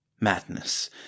Madness